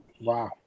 Wow